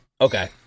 Okay